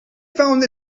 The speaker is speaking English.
found